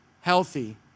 healthy